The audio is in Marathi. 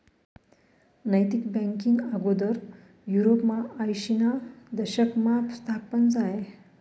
नैतिक बँकींग आगोदर युरोपमा आयशीना दशकमा स्थापन झायं